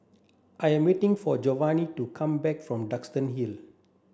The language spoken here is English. I am waiting for Jovanni to come back from Duxton Hill